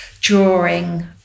drawing